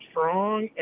strong